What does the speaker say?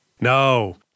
No